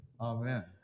Amen